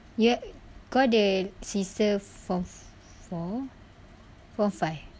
ye~ kau ada sister form f~ four four five